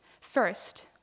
First